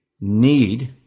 need